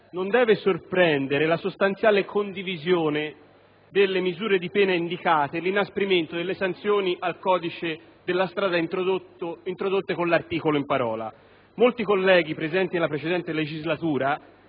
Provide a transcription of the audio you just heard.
Non deve sorprendere la sostanziale condivisione delle misure di pena indicate, cioè l'inasprimento delle sanzioni al codice della strada introdotte con l'articolo in parola. Molti colleghi presenti nella precedente legislatura